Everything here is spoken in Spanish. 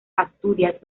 asturias